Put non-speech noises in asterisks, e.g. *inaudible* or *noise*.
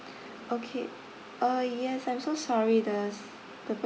*breath* okay ah yes I'm so sorry the the